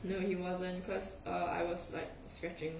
no he wasn't cause uh I was like scratching